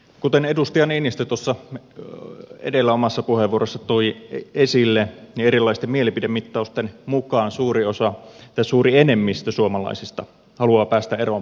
kuten edustaja niinistö edellä omassa puheenvuorossaan toi esille erilaisten mielipidemittausten mukaan suuri enemmistö suomalaisista haluaa päästä eroon pakkoruotsista